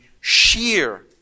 sheer